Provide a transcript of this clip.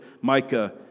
Micah